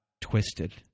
twisted